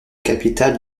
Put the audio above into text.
capitale